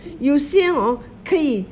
有些 hor 可以